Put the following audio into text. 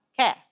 Okay